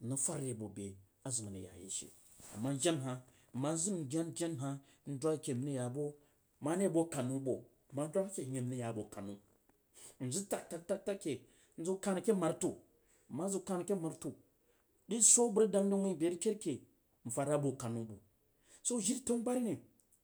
Nvas for rebo be zinn arag ya ye she, ama jen hah mmang zim jenjen hah ndwag ke nrag yabo masre bo kunnun bo, mma dwag yabo mare bo kinnun bo mma dwas ke nyi nras yabo kunnau nzag tag tag ke n ziw kan ke marto n ma ziw kan ke marto swo bag reg jang dəi wui be rəg kedake nfad ra bo kannau bo, jo jiri tanubari ne